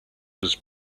was